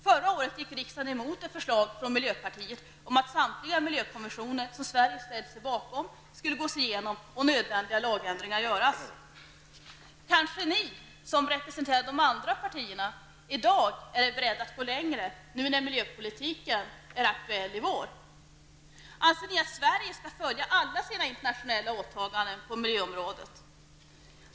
Förra året gick riksdagen emot ett förslag från miljöpartiet om att samtliga miljökonventioner som Sverige ställt sig bakom skulle gås igenom och nödvändiga lagändringar göras. Kanske ni som representerar de andra partierna i dag är beredda att gå längre nu när miljöpolitiken åter är aktuell? Anser ni att Sverige skall följa alla sina internationella åtaganden på miljöområdet?